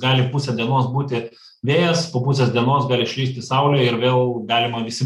gali pusę dienos būti vėjas po pusės dienos gali išlįsti saulė ir vėl galima visi